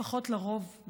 לפחות לרוב,